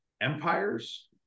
empires